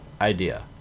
idea